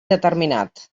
determinat